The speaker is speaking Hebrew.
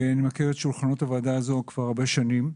אני מכיר את שולחנות הוועדה הזו כבר הרבה שנים.